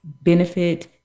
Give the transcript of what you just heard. benefit